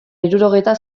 hirurogeita